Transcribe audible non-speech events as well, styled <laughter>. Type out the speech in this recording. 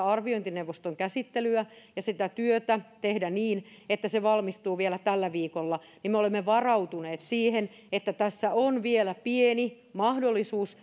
<unintelligible> arviointineuvoston tehdä käsittely ja tehdä sitä työtä niin että se valmistuu vielä tällä viikolla niin me olemme varautuneet siihen että tässä on vielä pieni mahdollisuus <unintelligible>